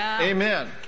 Amen